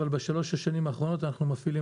אבל בשלוש השנים האחרונות אנחנו מפעילים